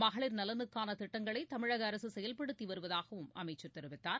மகளிர் நலனுக்கான திட்டங்களை தமிழக அரசு செயல்படுத்தி வருவதாகவும் அமைச்சர் தெரிவித்தார்